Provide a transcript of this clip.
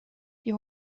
die